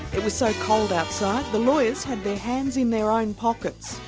it was so cold outside, the lawyers have their hands in their own pockets.